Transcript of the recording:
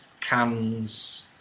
cans